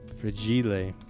Fragile